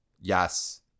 Yes